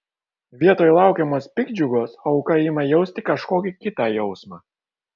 vietoj laukiamos piktdžiugos auka ima jausti kažkokį kitą jausmą